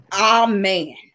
Amen